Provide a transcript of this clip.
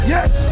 Yes